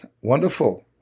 wonderful